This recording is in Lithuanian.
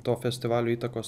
to festivalio įtakos